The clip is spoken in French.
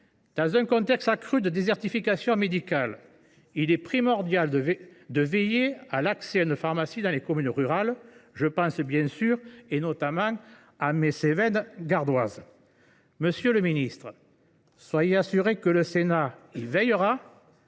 Dans un contexte accru de désertification médicale, il est primordial de veiller à assurer l’accès à une pharmacie dans les communes rurales. Je pense notamment, bien sûr, à mes Cévennes gardoises. Monsieur le ministre, soyez assuré que le Sénat y veillera